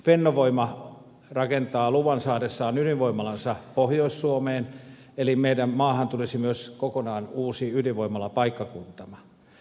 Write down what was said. fennovoima rakentaa luvan saadessaan ydinvoimalansa pohjois suomeen eli meidän maahamme tulisi myös kokonaan uusi ydinvoimalapaikkakunta